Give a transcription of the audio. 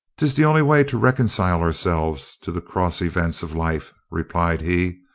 tis the only way to reconcile ourselves to the cross events of life, replied he.